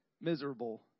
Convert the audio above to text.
miserable